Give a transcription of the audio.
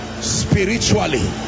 Spiritually